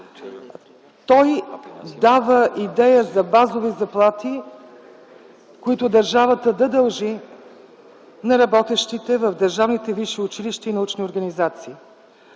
Той дава идея за базови заплати, които държавата да дължи на работещите в държавните висши училища и научни организации.